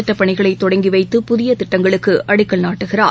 திட்டப்பணிகளை தொடங்கி வைத்து புதிய திட்டங்களுக்கு அடிக்கல் நாட்டுகிறார்